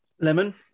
Lemon